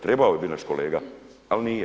Trebao je bit naš kolega, ali nije.